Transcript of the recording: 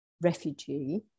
refugee